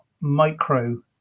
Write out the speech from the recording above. micro